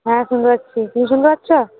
হ্যাঁ শুনতে পাচ্ছি তুমি শুনতে পাচ্ছো